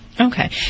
Okay